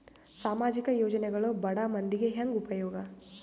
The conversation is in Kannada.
ಸಾಮಾಜಿಕ ಯೋಜನೆಗಳು ಬಡ ಮಂದಿಗೆ ಹೆಂಗ್ ಉಪಯೋಗ?